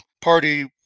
Party